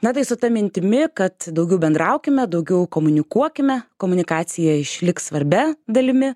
na tai su ta mintimi kad daugiau bendraukime daugiau komunikuokime komunikacija išliks svarbia dalimi